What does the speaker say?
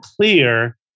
clear